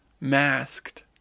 masked